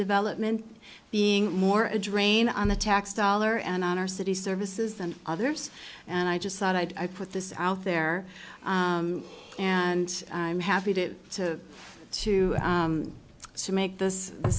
development being more a drain on the tax dollar and on our city services than others and i just thought i put this out there and i'm happy to to to to make this